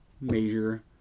major